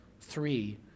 three